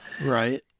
Right